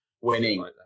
Winning